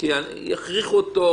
שהיה יכול להיות בו.